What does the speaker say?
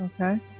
Okay